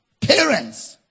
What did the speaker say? Parents